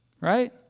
Right